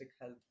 health